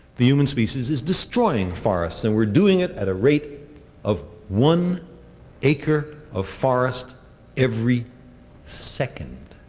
the human species is destroying forests and we are doing it at a rate of one acre of forest every second.